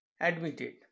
admitted